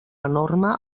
enorme